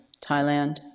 Thailand